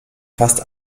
fast